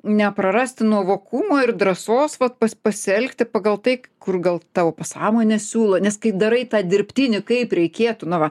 neprarasti nuovokumo ir drąsos vat pas pasielgti pagal tai kur gal tavo pasąmonė siūlo nes kai darai tą dirbtinį kaip reikėtų na va